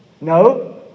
No